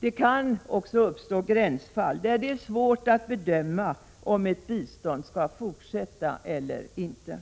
Det kan också uppstå gränsfall där det är svårt att bedöma om ett bistånd skall fortsätta eller inte.